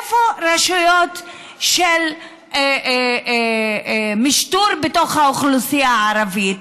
איפה רשויות של משטור בתוך האוכלוסייה הערבית?